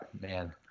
Man